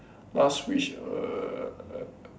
last wish err